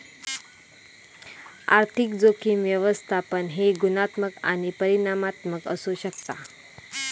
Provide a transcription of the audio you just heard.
आर्थिक जोखीम व्यवस्थापन हे गुणात्मक आणि परिमाणात्मक असू शकता